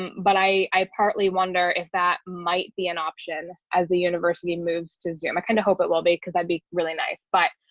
but i i partly wonder if that might be an option as the university moves to zoom. i kind of hope it will be because i'd be really nice, but